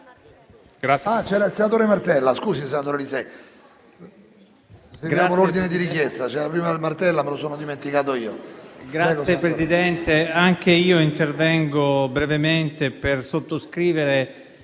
Signor Presidente, anche io intervengo brevemente per sottoscrivere